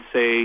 say